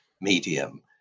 medium